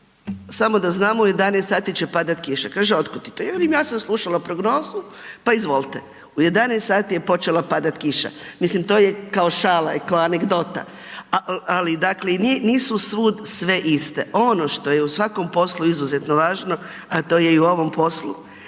samo da znamo u 11 sati će padati kiša, kaže od kud ti to, ja velim ja sam slušala prognozu, pa izvolte. U 11 sati je počela padati kiša, mislim to je kao šala i kao anegdota, ali dakle i nisu svud sve iste. Ono što je u svakom poslu izuzetno važno, a to je i u ovom poslu,